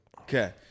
Okay